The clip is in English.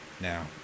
now